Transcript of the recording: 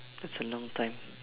that's a long time